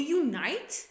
unite